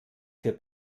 für